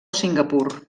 singapur